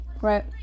Right